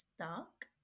stuck